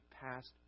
past